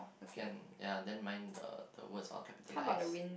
can ya then mine the the words are capitalised